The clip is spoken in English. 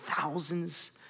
thousands